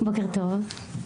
להלן תרגומם: בוקר טוב לכולם.